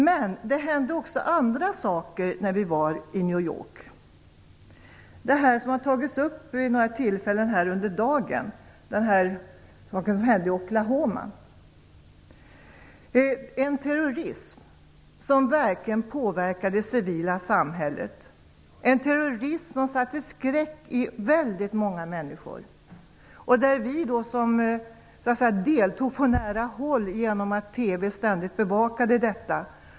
Men det hände också andra saker när vi var i New York. Det har tagits upp vid några tillfällen här under dagen. Det gäller det som hände i Oklahoma. Det var en terrorism som verkligen påverkade det civila samhället. Det var en terrorism som satte skräck i väldigt många människor. Vi fick se det på nära håll eftersom TV ständigt bevakade detta.